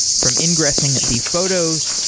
from ingressing the photos,